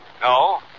No